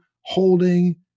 holding